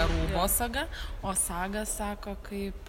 rūgo saga o saga sako kaip